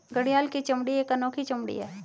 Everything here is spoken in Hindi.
घड़ियाल की चमड़ी एक अनोखी चमड़ी है